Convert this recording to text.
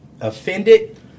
offended